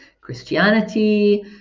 Christianity